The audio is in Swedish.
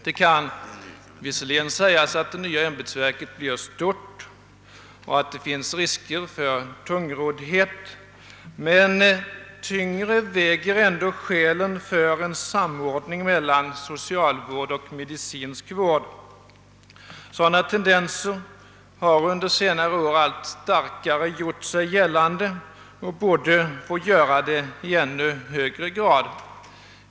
Det kan visserligen sägas att det nya ämbetsverket blir stort och att det finns risker för tungroddhet, men tyngre väger ändå skälen för en samordning mellan socialvård och medicinsk vård. Sådana tendenser har under senare år allt starkare gjort sig gällande och borde få göra det i ännu högre grad.